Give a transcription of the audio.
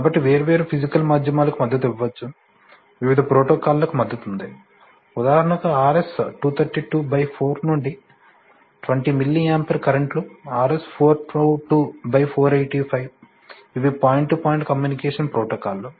కాబట్టి వేర్వేరు ఫిజికల్ మాధ్యమాలకు మద్దతు ఇవ్వవచ్చు వివిధ ప్రోటోకాల్లకు మద్దతు ఉంది ఉదాహరణకు RS 2324 నుండి 20 milliampere current loop RS 422485 ఇవి పాయింట్ టు పాయింట్ కమ్యూనికేషన్ ప్రోటోకాల్లు